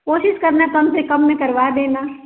कोशिश करना कम से कम में करवा देना